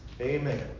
Amen